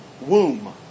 womb